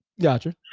Gotcha